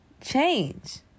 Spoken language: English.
change